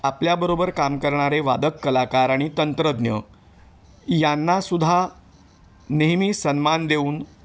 आपल्याबरोबर काम करणारे वादक कलाकार आणि तंत्रज्ञ यांनासुद्धा नेहमी सन्मान देऊन